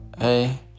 hey